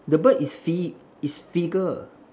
the bird is si~ is figure